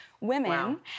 women